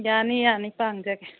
ꯌꯥꯅꯤ ꯌꯥꯅꯤ ꯄꯥꯡꯖꯒꯦ